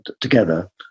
together